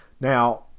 Now